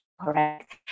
Correct